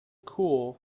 cool